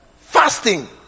Fasting